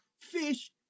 fish